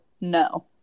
no